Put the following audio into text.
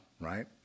Right